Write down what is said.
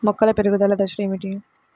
మొక్కల పెరుగుదల దశలు ఏమిటి?